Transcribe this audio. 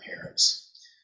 parents